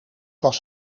was